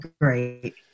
great